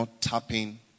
tapping